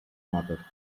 matter